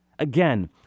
Again